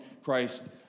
Christ